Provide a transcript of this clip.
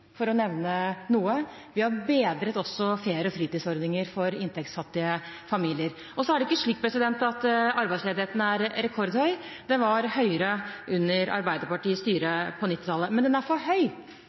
for å nevne noe. Vi har også bedret ferie- og fritidsordninger for inntektsfattige familier. Så er det ikke slik at arbeidsledigheten er rekordhøy. Den var høyere under Arbeiderpartiets styre